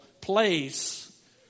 place